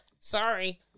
sorry